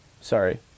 Sorry